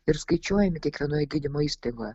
ir skaičiuojami kiekvienoj gydymo įstaigoje